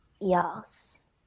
Yes